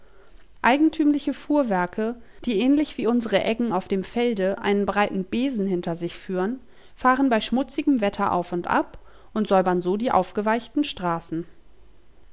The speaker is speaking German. eigentümliche fuhrwerke die ähnlich wie unsere eggen auf dem felde einen breiten besen hinter sich führen fahren bei schmutzigem wetter auf und ab und säubern so die aufgeweichten straßen